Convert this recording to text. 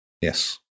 yes